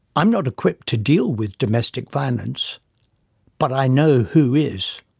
i am not equipped to deal with domestic violence but i know who is.